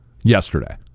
yesterday